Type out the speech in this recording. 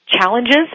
challenges